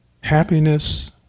happiness